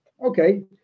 Okay